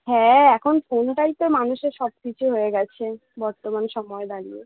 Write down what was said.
হ্যাঁ এখন ফোনটাই তো মানুষের সব কিছু হয়ে গেছে বর্তমান সময়ে দাঁড়িয়ে